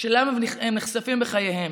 שאליו הם נחשפים בחייהם.